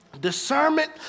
Discernment